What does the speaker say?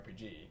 RPG